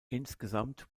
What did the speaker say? insgesamt